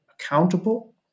accountable